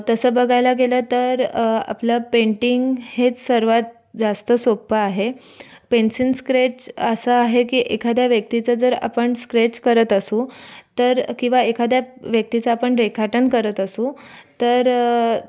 तसं बघायला गेलं तर आपलं पेंटिंग हेच सर्वात जास्त सोप्प आहे पेन्सिल स्केच असं आहे की एखाद्या व्यक्तीचं जर आपण स्केच करत असू तर किवा एखाद्या व्यक्तीचं जर आपण रेखाटन करत असू तर